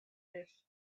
this